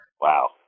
Wow